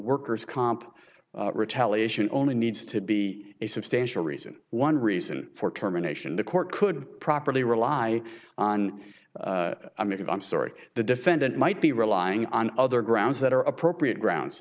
workers comp retaliation only needs to be a substantial reason one reason for terminations the court could properly rely on i mean if i'm sorry the defendant might be relying on other grounds that are appropriate grounds